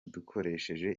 dukoresheje